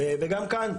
וגם כאן,